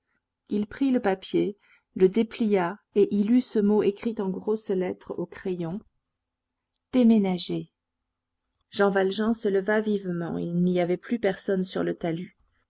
il prit le papier le déplia et y lut ce mot écrit en grosses lettres au crayon déménagez jean valjean se leva vivement il n'y avait plus personne sur le talus